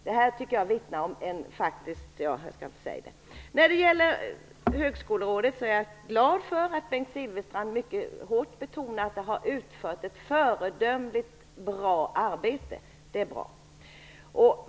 Jag vill inte säga vad jag tycker att det vittnar om. Jag är glad över att Bengt Silfverstrand mycket starkt betonade att Högskolerådet har utfört ett föredömligt arbete. Det är bra.